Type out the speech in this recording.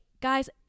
guys